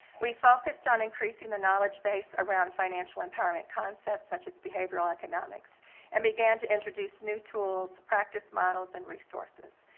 we focused on increasing the knowledge base around financial empowerment concepts such as behavioral economics and began to introduce new tools, practice models and resources.